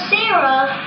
Sarah